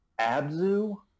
Abzu